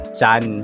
Chan